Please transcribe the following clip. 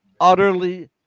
utterly